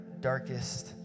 darkest